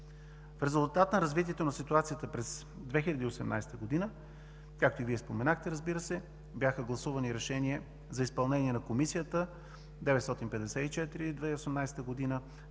В резултат на развитието на ситуацията през 2018 г., както и Вие споменахте, разбира се, бяха гласувани Решения за изпълнение на Комисията 954 от 2018 г.,